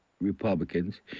Republicans